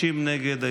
60 נגד.